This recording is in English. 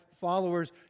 followers